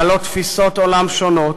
בעלות תפיסות עולם שונות,